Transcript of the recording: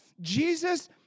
Jesus